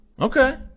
Okay